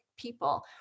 People